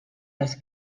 als